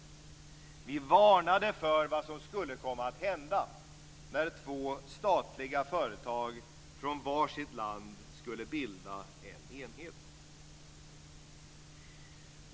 Vi varnade för vad som skulle komma att hända när två statliga företag från var sitt land skulle bilda en enhet.